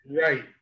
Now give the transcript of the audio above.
Right